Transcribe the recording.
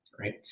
right